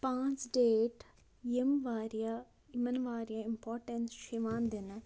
پانٛژھ ڈیٹ یِم واریاہ یِمَن واریاہ اِمپاٹَنٕس چھِ یِوان دِنہٕ